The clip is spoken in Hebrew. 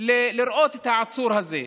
לראות את העצור הזה,